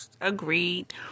agreed